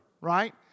right